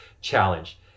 challenge